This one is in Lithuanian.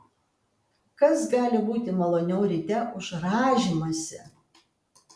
kas gali būti maloniau ryte už rąžymąsi